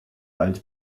alt